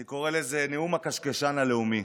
אני קורא לזה "נאום הקשקשן הלאומי".